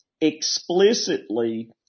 explicitly